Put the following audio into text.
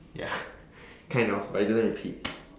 ya kind of but it doesn't repeat